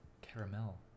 caramel